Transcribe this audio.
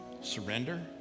Surrender